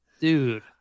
dude